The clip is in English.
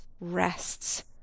rests